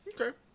Okay